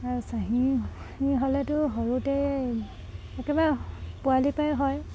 আৰু চাহী হ'লেতো সৰুতে একেবাৰে পোৱালিৰপৰাই হয়